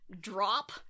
drop